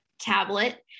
tablet